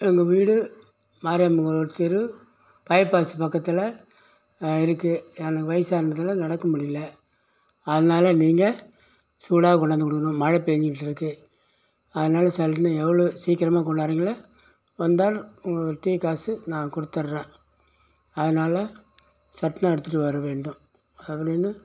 எங்கள் வீடு மாரியம்மன் கோவில் தெரு பைபாஸ் பக்கத்தில் இருக்குது எனக்கு வயசானதில் நடக்க முடியலை அதனால் நீங்கள் சூடாக கொண்டாந்து கொடுக்கணும் மழை பெஞ்சுக்கிட்டு இருக்குது அதனால் சட்டுன்னு எவ்வளோ சீக்கிரமாக கொண்டார்றிங்களோ வந்தால் உங்களுக்கு டீ காசு நான் கொடுத்துட்றேன் அதனால் சட்டுனு எடுத்துகிட்டு வர வேண்டும் அப்படின்னு